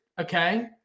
okay